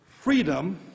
Freedom